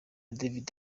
david